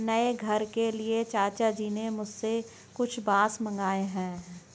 नए घर के लिए चाचा जी ने मुझसे कुछ बांस मंगाए हैं